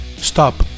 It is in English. Stop